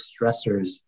stressors